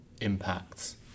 impacts